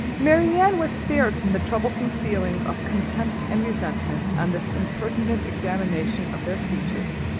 marianne was spared from the troublesome feelings of contempt and resentment, on this impertinent examination of their features,